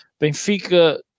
Benfica